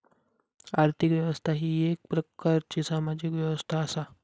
आर्थिक व्यवस्था ही येक प्रकारची सामाजिक व्यवस्था असा